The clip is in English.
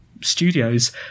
studios